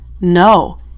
No